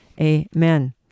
Amen